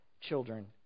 children